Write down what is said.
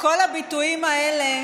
נרשם שאתה ערני,